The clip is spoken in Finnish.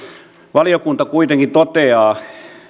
valiokunta kuitenkin toteaa